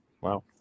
Wow